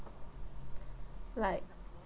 like